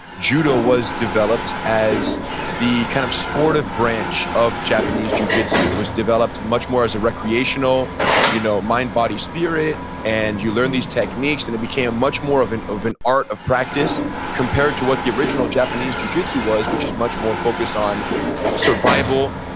judo was developed as the kind of sport of branch of japanese jujitsu. it was developed and much more as a recreational you know mind, body, spirit, and you learn these techniques and it became much more of an of an art of practice compared to what the original japanese jujitsu was, which was much more focused on survival,